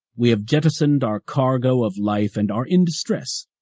we have jettisoned our cargo of life and are in distress,